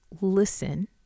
listen